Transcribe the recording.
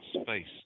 space